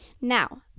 Now